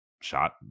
shot